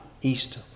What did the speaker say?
east